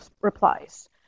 replies